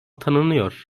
tanınıyor